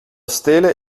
stele